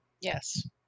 Yes